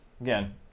again